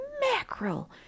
mackerel